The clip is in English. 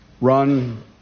run